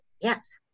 Yes